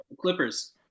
Clippers